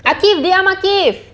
akiff diam akiff